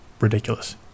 ridiculous